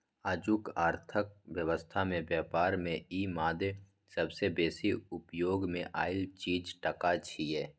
आजुक अर्थक व्यवस्था में ब्यापार में ई मादे सबसे बेसी उपयोग मे आएल चीज टका छिये